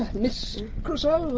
miss crusoe,